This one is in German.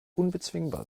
unbezwingbar